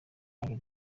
have